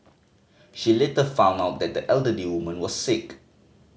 she later found out that the elderly woman was sick